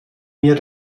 mir